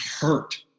hurt